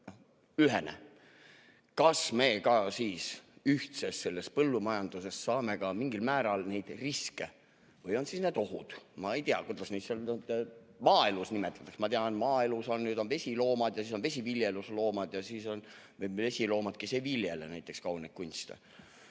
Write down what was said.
ühene: kas me ka siis ühtses selles põllumajanduses saame ka mingil määral neid riske või on need ohud? Ma ei tea, kuidas neid seal maaelus nimetatakse. Ma tean, et maaelus on vesiloomad ja siis on vesiviljelusloomad ja siis vesiloomad, kes ei viljele, näiteks kauneid kunste,